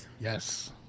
Yes